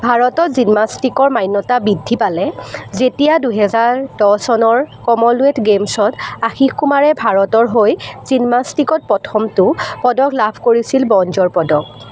ভাৰতত জিমনাষ্টিকছৰ মান্যতা বৃদ্ধি পালে যেতিয়া দুহেজাৰ দহ চনৰ কমনৱেলথ গেমছত আশীষ কুমাৰে ভাৰতৰ হৈ জিমনাষ্টিকত প্ৰথমটো পদক লাভ কৰিছিল ব্ৰঞ্জৰ পদক